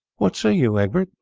what say you, egbert?